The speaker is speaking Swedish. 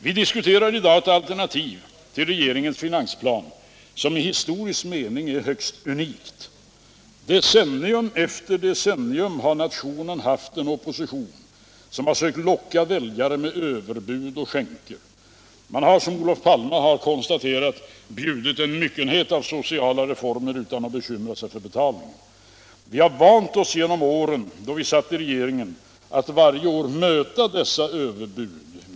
Vi diskuterar i dag ett alternativ till regeringens finansplan som i historisk mening är unikt. Decennium efter decennium har nationen haft en opposition som sökt locka väljare med överbud och skänker. Man har, som Olof Palme har konstaterat, bjudit en myckenhet av sociala reformer utan att bekymra sig för betalningen. Vi har vant oss genom åren då vi satt i regeringen att varje år möta dessa överbud.